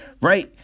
right